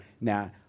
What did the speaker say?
now